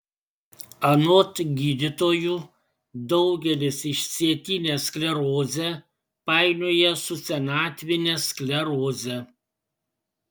anot gydytojų daugelis išsėtinę sklerozę painioja su senatvine skleroze